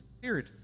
Period